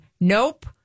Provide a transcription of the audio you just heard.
nope